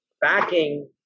backing